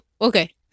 Okay